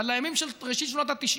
אלא לימים של ראשית שנות ה-90.